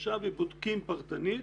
לבקשה ובודקים פרטנית.